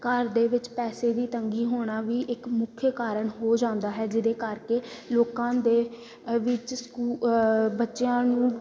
ਘਰ ਦੇ ਵਿੱਚ ਪੈਸੇ ਦੀ ਤੰਗੀ ਹੋਣਾ ਵੀ ਇੱਕ ਮੁੱਖ ਕਾਰਨ ਹੋ ਜਾਂਦਾ ਹੈ ਜਿਹਦੇ ਕਰਕੇ ਲੋਕਾਂ ਦੇ ਵਿੱਚ ਸਕੂ ਬੱਚਿਆਂ ਨੂੰ